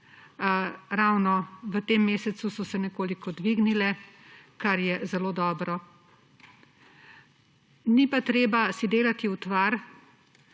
Ravno v tem mesecu so se nekoliko dvignile, kar je zelo dobro. Ni pa treba si delati utvar,